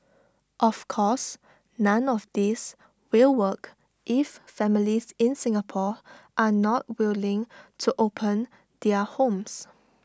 of course none of this will work if families in Singapore are not willing to open their homes